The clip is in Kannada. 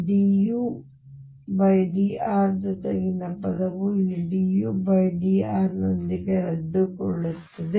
dudr ಜೊತೆಗಿನ ಪದವು ಇಲ್ಲಿ dudr ನೊಂದಿಗೆ ರದ್ದುಗೊಳ್ಳುತ್ತದೆ